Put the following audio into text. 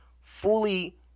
fully